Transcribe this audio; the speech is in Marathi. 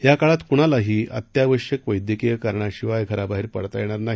या काळात कुणालाही उत्यावश्यक वैद्यकीय कारणाशिवाय घराबाहेर पडता येणार नाही